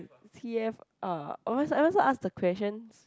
t_f_r am I ask ask the questions